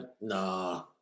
Nah